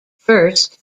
first